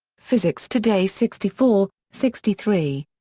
physics today sixty four sixty three.